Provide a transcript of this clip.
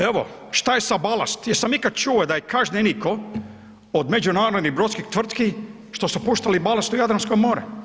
Evo, šta je sa balast, jesam ikada čuo da je kažnjenikov od međunarodnih brodskih tvrtki što su puštali balast u Jadransko more?